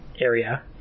area